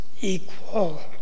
equal